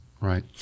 Right